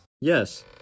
Yes